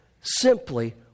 simply